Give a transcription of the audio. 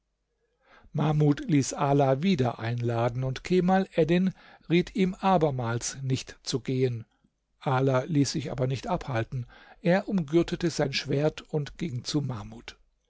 mahmud ließ ala wieder einladen und kemal eddin riet ihm abermals nicht zu gehen ala ließ sich aber nicht abhalten er umgürtete sein schwert und ging zu mahmud